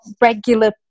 regular